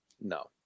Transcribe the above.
No